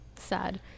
sad